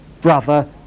brother